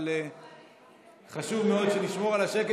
אבל חשוב מאוד שנשמור על השקט,